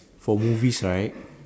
for movies right